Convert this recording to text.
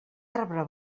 arbre